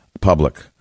public